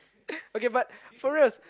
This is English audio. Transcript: okay but for reals